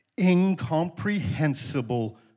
incomprehensible